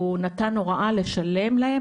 הוא נתן הוראה לשלם להם,